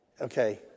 Okay